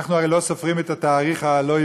אנחנו הרי לא סופרים את התאריך הלא-עברי,